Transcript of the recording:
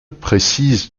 précise